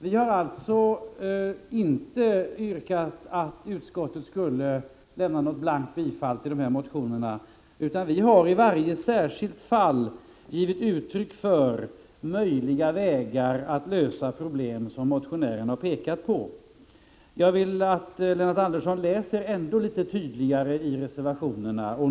Vi har inte yrkat att utskottet blankt skall tillstyrka motionerna, utan vi har i varje särskilt fall angivit möjliga vägar för att lösa problem som motionären har pekat på. Jag vill att Lennart Andersson läser bättre i reservationen.